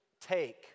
take